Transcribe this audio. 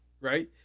right